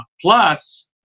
Plus